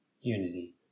unity